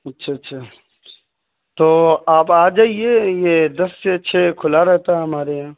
اچھا اچھا تو آپ آ جائیے یہ دس سے چھ کھلا رہتا ہے ہمارے یہاں